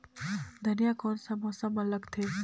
धनिया कोन सा मौसम मां लगथे?